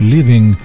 Living